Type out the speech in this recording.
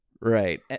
Right